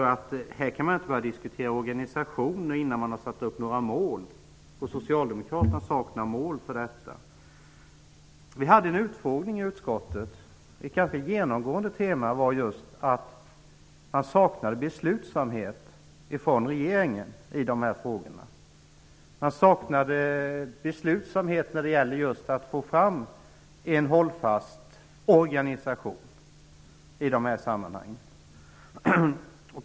Hon säger att man inte kan börja diskutera organisation innan man har satt upp några mål, och socialdemokraterna saknar mål för detta. Vi hade en utfrågning i utskottet. Ett genomgående tema var just att man saknade beslutsamhet från regeringen i dessa frågor. Man saknade beslutsamhet just när det gäller att få fram en hållfast organisation i dessa sammanhang.